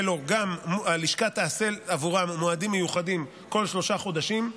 הלשכה תעשה עבורם מועדים מיוחדים כל שלושה חודשים,